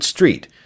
Street